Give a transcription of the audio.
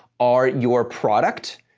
are your product,